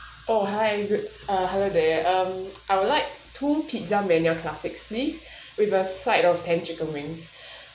oh hi good uh hello there um I would like two pizza mania classics please with a side of ten chicken wings